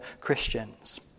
Christians